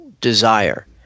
desire